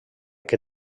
que